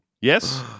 Yes